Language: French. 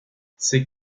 ses